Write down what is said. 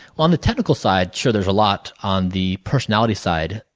on the technical side, sure there is a lot. on the personality side,